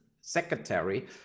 secretary